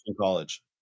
college